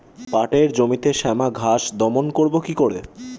পাটের জমিতে শ্যামা ঘাস দমন করবো কি করে?